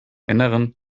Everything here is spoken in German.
innern